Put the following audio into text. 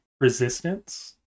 resistance